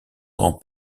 grand